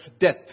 death